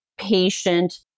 patient